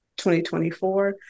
2024